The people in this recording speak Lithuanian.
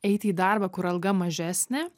eiti į darbą kur alga mažesnė